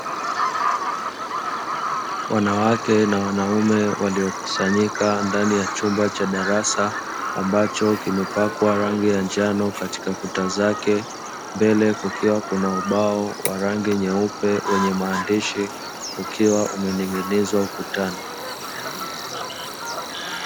Wanawake na wanaume waliokusanyika ndani ya chumba cha darasa, ambacho kimepakwa rangi ya njano katika kuta zake, mbele kukiwa na ubao wa rangi nyeupe wenye maandishi, ukiwa umening'inizwa ukutani.